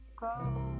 go